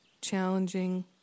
challenging